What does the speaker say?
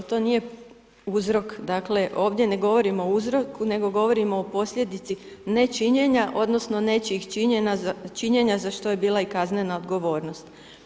To nije uzrok, dakle ovdje ne govorim o uzroku nego govorimo o posljedici nečinjenja odnosno nečijih činjenja za što je bila i kaznena odgovornost.